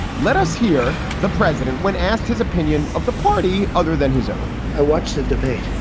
let us hear the president when asked his opinion of the party other than his own i watched the debate